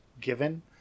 given